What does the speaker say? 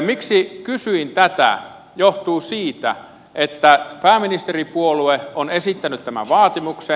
miksi kysyin tätä johtuu siitä että pääministeripuolue on esittänyt tämän vaatimuksen